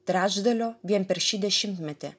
trečdalio vien per šį dešimtmetį